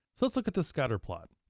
so let's look at the scatter plot.